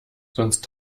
sonst